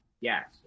Yes